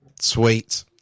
sweet